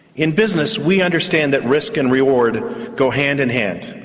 in business we understand that risk and reward go hand in hand.